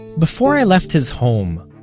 before i left his home,